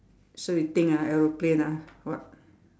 so you think ah aeroplane ah what